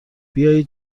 بیایید